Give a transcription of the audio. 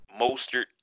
Mostert